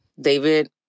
David